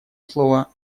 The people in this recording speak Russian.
слово